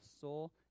soul